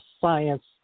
science